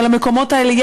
של המקומות האלה,